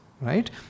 right